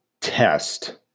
test